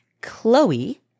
chloe